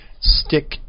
stick